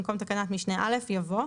במקום תקנת משנה (א) יבוא: